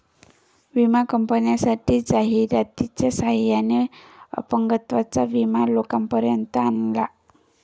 विमा कंपन्यांनी जाहिरातीच्या सहाय्याने अपंगत्वाचा विमा लोकांपर्यंत आणला